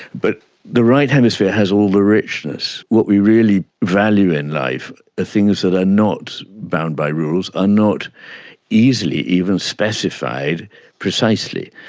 but the right hemisphere has all the richness. what we really value in life, the things that are not bound by rules, are not easily even specified precisely.